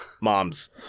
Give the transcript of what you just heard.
moms